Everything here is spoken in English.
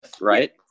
right